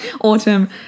Autumn